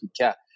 cat